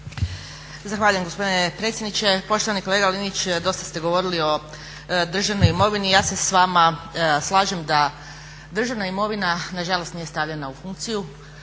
Zahvaljujem gospodine predsjedniče. Poštovani kolega Linić, dosta ste govorili o državnoj imovini. Ja se s vama slažem da državna imovina nažalost nije stavljena u funkciju,